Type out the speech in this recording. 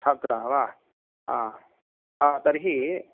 छात्राः वा हा हा तर्हि